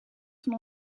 van